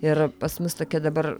ir pas mus tokia dabar